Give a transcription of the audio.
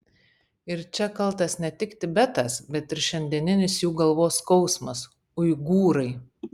ir čia kaltas ne tik tibetas bet ir šiandieninis jų galvos skausmas uigūrai